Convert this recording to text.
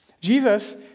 Jesus